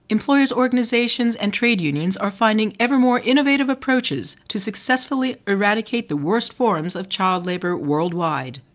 employers' organizations and trade unions are finding ever more innovative approaches to successfully eradicate the worst forms of child labour worldwide.